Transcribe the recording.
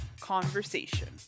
Conversation